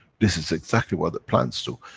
this is exactly what the plants do,